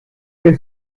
que